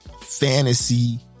fantasy